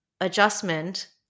adjustment